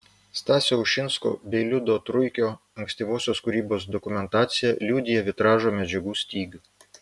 stasio ušinsko bei liudo truikio ankstyvosios kūrybos dokumentacija liudija vitražo medžiagų stygių